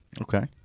Okay